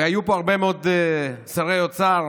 היו פה הרבה מאוד שרי אוצר